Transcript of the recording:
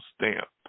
stamp